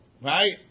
Right